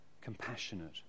compassionate